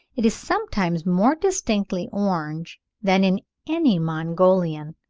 it is sometimes more distinctly orange than in any mongolian,